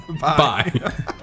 Bye